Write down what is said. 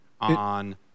on